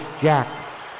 Jacks